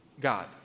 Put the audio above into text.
God